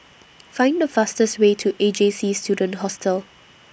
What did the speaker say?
Find The fastest Way to A J C Student Hostel